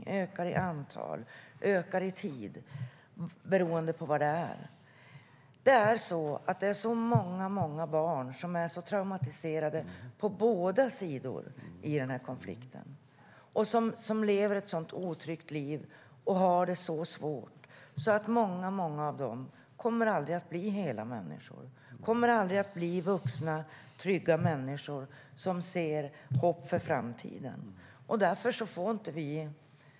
De ökar i antal, och de ökar i tid, beroende på vad det är. Det är många barn som är traumatiserade på båda sidor i konflikten och som lever ett otryggt liv och har det svårt. Många av dem kommer aldrig att bli hela människor, vuxna trygga människor som ser hopp för framtiden.